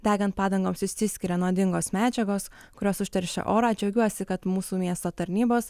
degant padangoms išsiskiria nuodingos medžiagos kurios užteršia orą džiaugiuosi kad mūsų miesto tarnybos